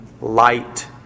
light